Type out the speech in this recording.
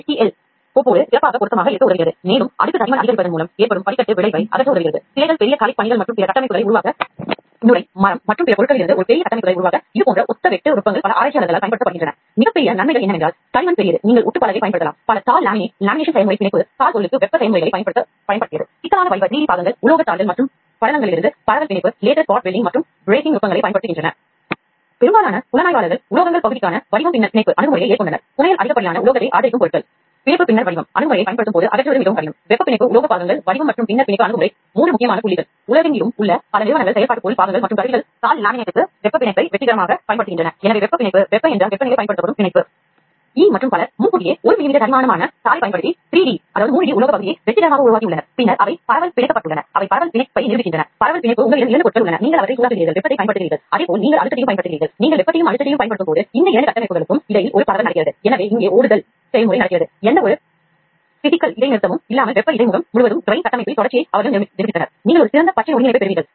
இன்று மக்கள் வேதியியலைப் புரிந்துகொண்டுள்ளனர் அவர்கள் அதைப் பிரதிபலிக்கத் தொடங்கியுள்ளனர் எனவே அவர்கள் அதை உயிரியக்கவியல் என்று அழைக்கிறார்கள்